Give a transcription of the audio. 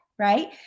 right